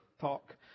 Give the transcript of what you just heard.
talk